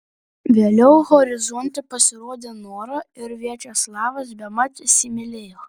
vėliau horizonte pasirodė nora ir viačeslavas bemat įsimylėjo